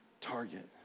target